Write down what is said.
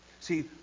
See